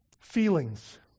Feelings